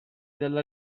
della